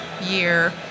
year